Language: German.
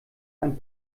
ein